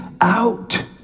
out